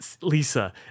Lisa